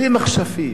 בלי מחשכים,